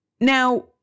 Now